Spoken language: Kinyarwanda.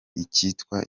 icyitwa